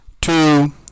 two